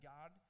God